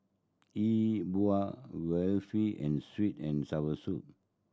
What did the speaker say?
E Bua waffle and sweet and sour fish